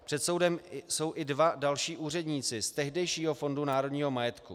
Před soudem jsou i dva další úředníci z tehdejšího Fondu národního majetku.